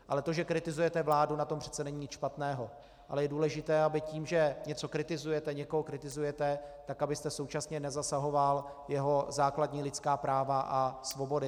Ale to, že kritizujete vládu, na tom přeci není nic špatného, ale je důležité, aby tím, že něco kritizujete, někoho kritizujete, tak abyste současně nezasahoval jeho základní lidská práva a svobody.